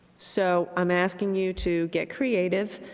so um asking you to get creative,